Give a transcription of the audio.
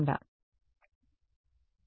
విద్యార్థి సరే